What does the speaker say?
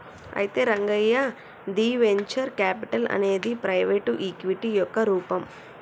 అయితే రంగయ్య ది venture capital అనేది ప్రైవేటు ఈక్విటీ యొక్క రూపం